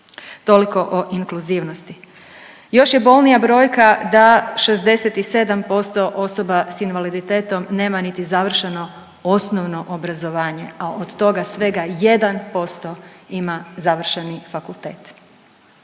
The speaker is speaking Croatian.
Toliko o inkluzivnosti. Još je bolnija brojka da 67% osoba s invaliditetom nema niti završeno osnovno obrazovanje, a od toga svega 1% ima završeni fakultet.